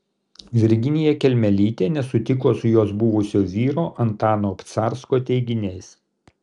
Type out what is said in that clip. virginija kelmelytė nesutiko su jos buvusio vyro antano obcarsko teiginiais